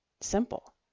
Simple